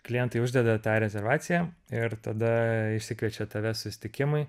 klientai uždeda tą rezervaciją ir tada išsikviečia tave susitikimui